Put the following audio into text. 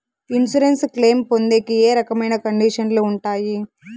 Insurance claim పొందేకి ఏ రకమైన కండిషన్లు ఉంటాయి?